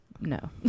no